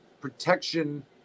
protection